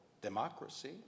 democracy